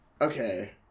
okay